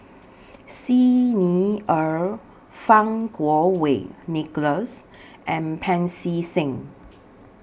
Xi Ni Er Fang Kuo Wei Nicholas and Pancy Seng